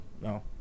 no